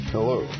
Hello